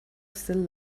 still